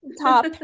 top